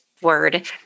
word